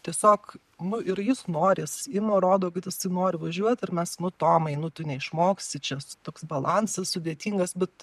tiesiog nu ir jis nori jis ima rodo kad jisai nori važiuot ir mes nu tomai nu tu neišmoksi čia toks balansas sudėtingas bet